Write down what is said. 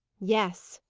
yes,